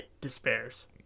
despairs